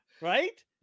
Right